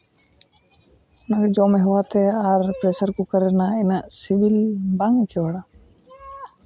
ᱢᱟᱱᱮ ᱡᱚᱢ ᱦᱮᱣᱟ ᱛᱮ ᱟᱨ ᱯᱨᱮᱥᱟᱨ ᱠᱩᱠᱟᱨ ᱨᱮᱱᱟᱜ ᱤᱱᱟᱹᱜ ᱥᱤᱵᱤᱞ ᱵᱟᱝ ᱵᱩᱡᱷᱟᱹᱣ ᱵᱟᱲᱟᱜᱼᱟ